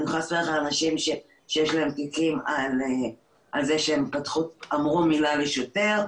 פתחו להם תיקים על זה שהם אמרו מילה לשוטר,